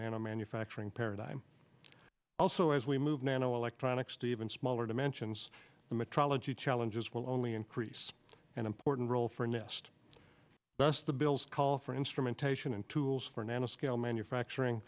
nano manufacturing paradigm also as we move nano electronics to even smaller dimensions the metrology challenges will only increase an important role for nist thus the bills call for instrumentation and tools for nano scale manufacturing